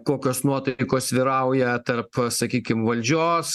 kokios nuotaikos vyrauja tarp sakykim valdžios